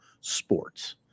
sports